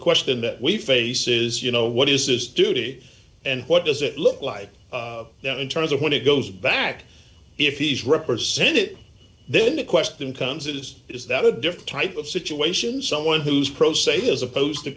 question that we face is you know what is this duty and what does it look like now in terms of when it goes back if he's represented it then the question becomes is is that a different type of situation someone who's pro se as opposed to